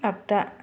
आगदा